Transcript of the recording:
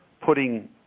putting